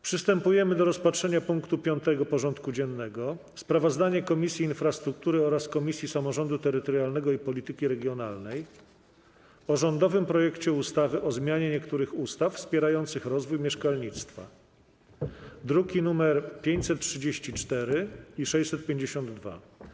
Przystępujemy do rozpatrzenia punktu 5. porządku dziennego: Sprawozdanie Komisji Infrastruktury oraz Komisji Samorządu Terytorialnego i Polityki Regionalnej o rządowym projekcie ustawy o zmianie niektórych ustaw wspierających rozwój mieszkalnictwa (druki nr 534 i 652)